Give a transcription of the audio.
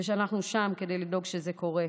ושאנחנו שם כדי לדאוג שזה קורה.